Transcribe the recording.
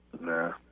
Nah